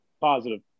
Positive